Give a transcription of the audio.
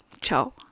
Ciao